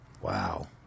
wow